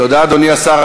תודה רבה, אדוני השר.